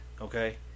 Okay